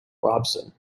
robson